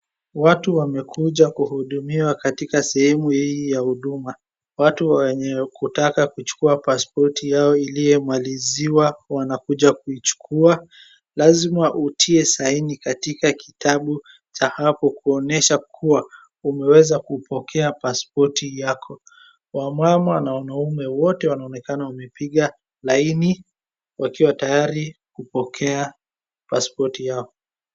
Watu wamekuja kuhudumiwa katika sehemu hii ya huduma. Watu wenye kutaka kuchukua passpoti yao iliyomaliziwa wanakuja kuichukua lazima utie saini katika kitabu cha hapo kuonyesha kuwa umeweza kupokea passpoti yako. Wamama na wanaume wote wanaonekana wamepiga laini wakiwa tayari kupokea passpoti yao.